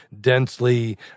densely